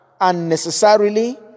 unnecessarily